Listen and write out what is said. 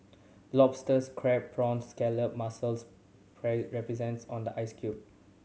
lobsters crab prawns scallop mussels resents on the ice cute